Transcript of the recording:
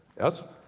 yes.